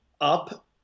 up